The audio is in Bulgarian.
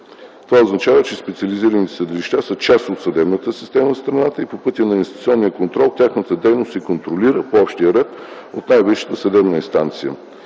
Това означава, че специализираните съдилища са част от съдебната система в страната и по пътя на институционния контрол тяхната дейност се контролира по общия ред от най-висшата съдебна инстанция.